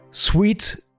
Sweet